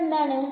ഇതെന്താണ്